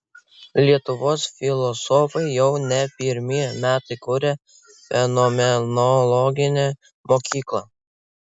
lietuvos filosofai jau ne pirmi metai kuria fenomenologinę mokyklą